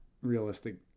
realistic